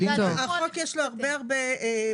החוק יש לו הרבה מאוד בלמים,